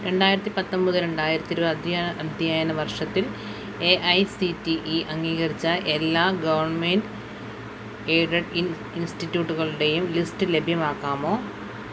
രണ്ടായിരത്തി പത്തൊൻപത് രണ്ടായിരത്തി ഇരുപത് അദ്ധ്യയന വർഷത്തിൽ A I C T E അംഗീകരിച്ച എല്ലാ ഗവൺമെൻ്റ് എയ്ഡഡ് ഇൻസ്റ്റിറ്റുകളുടെയും ലിസ്റ്റ് ലഭ്യമാക്കാമോ